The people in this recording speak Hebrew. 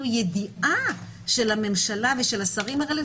ידיעה של הממשלה ושל השרים הרלוונטיים.